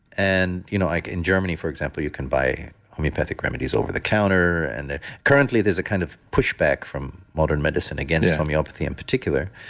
and you know like in germany for example, you can buy homeopathic remedies over the counter, and currently there's a kind of pushback from modern medicine against homeopathy in particular.